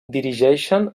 dirigeixen